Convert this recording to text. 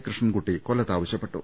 കൃഷ്ണൻകുട്ടി കൊല്ലത്ത് ആവശ്യപ്പെട്ടു